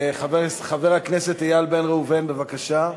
חבר הכנסת איל בן ראובן, בבקשה.